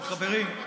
טוב, חברים,